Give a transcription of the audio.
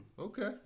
Okay